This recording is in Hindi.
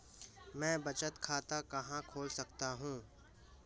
मैं बचत खाता कहां खोल सकता हूं?